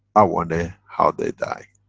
i wonder how they die?